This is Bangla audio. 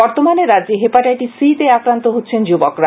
বর্তমানে রাজ্যে হেপাটাইটিস সিতে আক্রান্ত হচ্ছেন যুবকরা